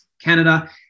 Canada